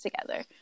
together